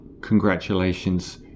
congratulations